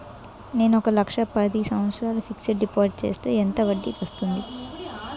నేను ఒక లక్ష పది సంవత్సారాలు ఫిక్సడ్ డిపాజిట్ చేస్తే ఎంత వడ్డీ వస్తుంది?